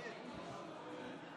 לא תיקום ולא תיטור.